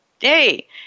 hey